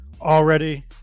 already